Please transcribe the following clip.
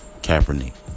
Kaepernick